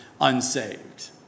unsaved